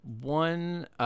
one